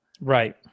right